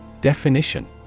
Definition